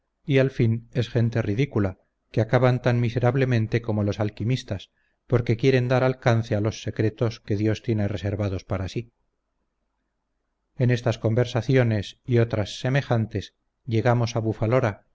y al fin es gente ridícula que acaban tan miserablemente como los alquimistas porque quieren dar alcance a los secretos que dios tiene reservados para sí en estas conversaciones y otras semejantes llegamos a bufalora